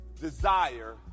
desire